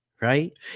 right